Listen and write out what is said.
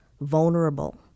vulnerable